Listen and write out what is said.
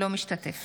אינו משתתף